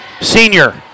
Senior